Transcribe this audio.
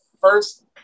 first